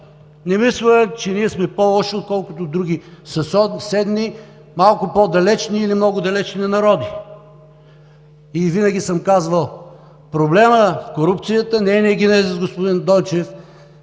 Не мисля, че ние сме по-лоши отколкото други съответни, малко по-далечни или много далечни народи. И винаги съм казвал: проблемът с корупцията и нейният генезис, господин Дончев,